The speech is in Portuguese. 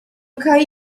caí